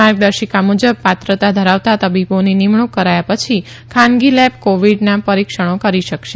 માર્ગદર્શિકા મુજબ પ્રાત્રતા ધરાવતા તબીબોની નિમણુંક કરાયા પછી ખાનગી લેબ કોવિડના પરીક્ષણો કરી શકશે